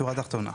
שורה תחתונה.